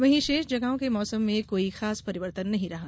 वहीं शेष जगहों के मौसम में कोई खास परिवर्तन नहीं रहा